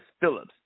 Phillips